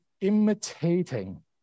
imitating